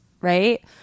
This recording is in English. right